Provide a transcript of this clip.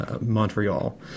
Montreal